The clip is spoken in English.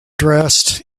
dressed